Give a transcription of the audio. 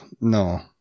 No